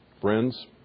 Friends